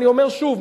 שוב,